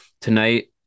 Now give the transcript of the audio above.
tonight